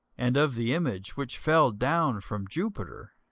and of the image which fell down from jupiter?